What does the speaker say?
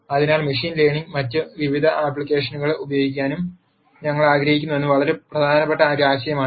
അതിനാൽ മെഷീൻ ലേണിംഗിലും മറ്റ് വിവിധ ആപ്ലിക്കേഷനുകളിലും ഉപയോഗിക്കാൻ ഞങ്ങൾ ആഗ്രഹിക്കുന്നുവെന്നത് വളരെ പ്രധാനപ്പെട്ട ഒരു ആശയമാണ്